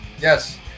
Yes